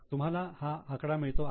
तुम्हाला हा आकडा मिळतो आहे ना